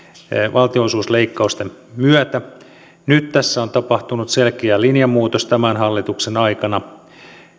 valtionosuusleikkausten myötä nyt tässä on tapahtunut selkeä linjanmuutos tämän hallituksen aikana